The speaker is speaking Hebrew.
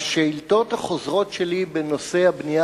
השאילתות החוזרות שלי בנושא הבנייה